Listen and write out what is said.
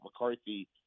mccarthy